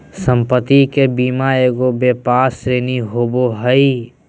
संपत्ति के बीमा एगो व्यापक श्रेणी होबो हइ